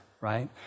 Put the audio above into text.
right